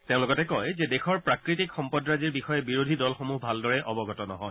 তেওঁ লগতে কয় যে দেশৰ প্ৰাকৃতিক সম্পদৰাজিৰ বিষয়ে বিৰোধী দলসমূহ ভালদৰে অৱগত নহয়